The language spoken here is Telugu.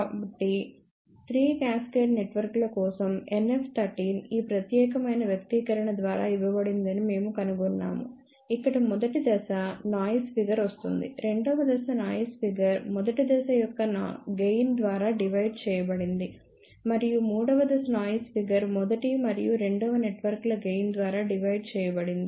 కాబట్టి 3 క్యాస్కేడ్ నెట్వర్క్ల కోసం NF13 ఈ ప్రత్యేకమైన వ్యక్తీకరణ ద్వారా ఇవ్వబడిందని మేము కనుగొన్నాము ఇక్కడ మొదటి దశ నాయిస్ ఫిగర్ వస్తుంది రెండవ దశ నాయిస్ ఫిగర్ మొదటి దశ యొక్క గెయిన్ ద్వారా డివైడ్ చేయబడింది మరియు మూడవ దశ నాయిస్ ఫిగర్ మొదటి మరియు రెండవ నెట్వర్క్ల గెయిన్ ద్వారా డివైడ్ చేయబడింది